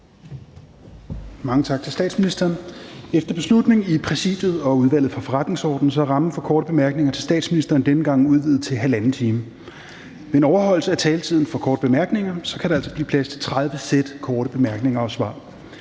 Efter beslutning i Præsidiet og Udvalget for Forretningsordenen er rammen for korte bemærkninger til statsministeren denne gang udvidet til 1½ time. Med en overholdelse af taletiden for korte bemærkninger kan der altså blive plads til 30 sæt korte bemærkninger og svar.